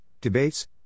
debates